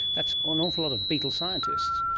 that's an awful lot of beetle scientists.